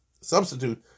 substitute